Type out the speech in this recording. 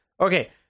Okay